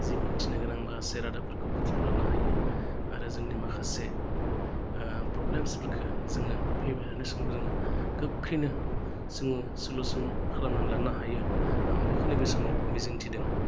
जि मिन्थिनो गोनां माखासे रादाबफोरखौ बुथुमना लानो हायो आरो जोंनि माखासे प्रब्लेम्सफोरखौ जोङो फैबायथानाय समाव जोङो गोख्रैनो जोङो सुलिउसन खालामनानै लानो हायो आं बेखौनो बे समाव मिजिंथिदों